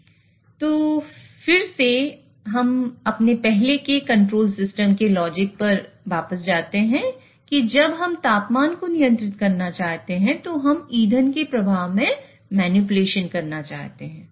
अब हम फिर से अपने पहले के कंट्रोल सिस्टम के लॉजिक पर वापस जाते हैं कि जब हम तापमान को नियंत्रित करना चाहते हैं तो हम ईंधन के प्रवाह में मैनिपुलेशन करना चाहते हैं